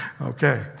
Okay